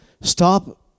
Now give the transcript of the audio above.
stop